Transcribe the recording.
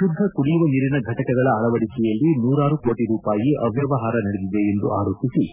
ಶುದ್ದ ಕುಡಿಯುವ ನೀರಿನ ಘಟಕಗಳ ಅಳವಡಿಕೆಯಲ್ಲಿ ನೂರಾರೂ ಕೋಟ ರೂಪಾಯಿ ಅಮ್ಮವಹಾರ ನಡೆದಿದೆ ಎಂದು ಆರೋಪಿಸಿ